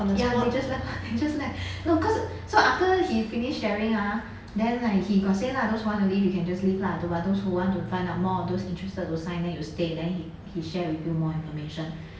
ya they just left they just left no cause after so after he finished sharing ah then like he got say lah those who want to leave you can just leave lah to but those who want to find out more or those interested to sign then you stay then he he share with you more information